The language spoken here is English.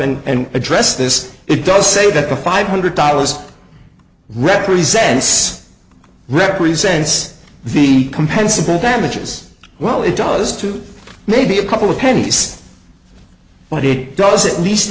up and address this it does say that the five hundred dollars represents represents the compensable damages well it does to maybe a couple of pennies what it does it least